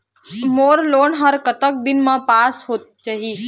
मोर loan हा कतक दिन मा पास होथे जाही?